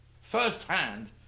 firsthand